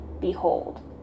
behold